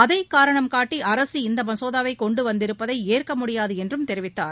அதை காரணம் காட்டி அரசு இந்த மசேதாவை கொண்டுவந்திருப்பதை ஏற்க முடியாது என்றும் தெரிவித்தார்